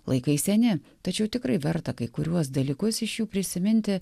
laikai seni tačiau tikrai verta kai kuriuos dalykus iš jų prisiminti